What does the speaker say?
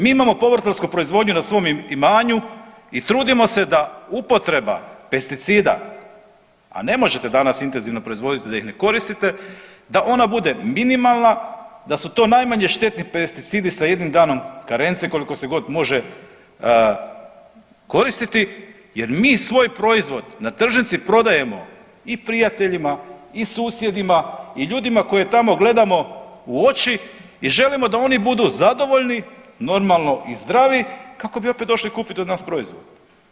Mi imamo povrtlarsku proizvodnju na svom imanju i trudimo se da upotreba pesticida, a ne možete danas intenzivno proizvoditi da ih ne koristite da ona bude minimalna, da su to najmanje štetni pesticidi sa jednim danom karence koliko se god može jer mi svoj proizvod na tržnici prodajemo i prijateljima i susjedima i ljudima koje tamo gledamo u oči i želimo da oni budu zadovoljni, normalno i zdravi kako bi opet došli kupiti od nas proizvode.